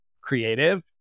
creative